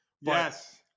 yes